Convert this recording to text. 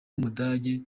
umudage